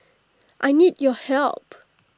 I need your help